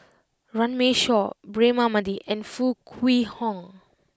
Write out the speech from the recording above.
Runme Shaw Braema Mathi and Foo Kwee Horng